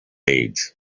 age